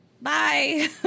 Bye